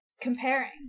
comparing